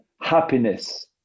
happiness